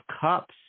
Cups